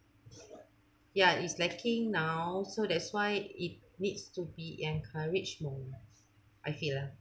ya it's lacking now so that's why it needs to be encouraged more I feel lah